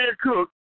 cook